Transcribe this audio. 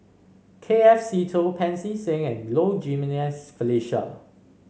K F Seetoh Pancy Seng and Low Jimenez Felicia